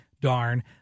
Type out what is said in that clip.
darn